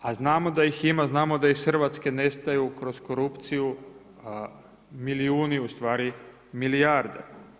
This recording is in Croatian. A znamo da ih ima, znamo da iz Hrvatske nestaju kroz korupciju milijuni, ustvari milijarde.